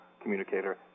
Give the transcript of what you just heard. communicator